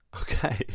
Okay